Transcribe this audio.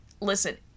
listen